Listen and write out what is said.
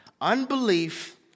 Unbelief